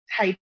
type